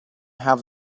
have